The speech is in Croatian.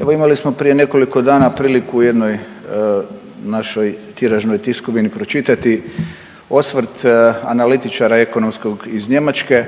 evo imali smo prije nekoliko dana priliku u jednoj našoj tiražnoj tiskovini pročitati osvrt analitičara ekonomskog iz Njemačke